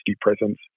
presence